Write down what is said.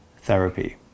therapy